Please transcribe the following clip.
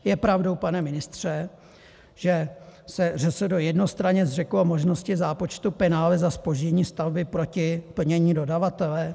Je pravdou, pane ministře, že se ŘSD jednostranně zřeklo možnosti zápočtu penále za zpoždění stavby proti plnění dodavatele?